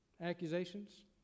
accusations